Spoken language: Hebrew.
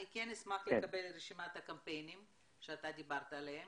אני כן אשמח לקבל את רשימת הקמפיינים שאתה דיברת עליהם,